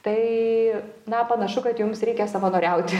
tai na panašu kad jums reikia savanoriauti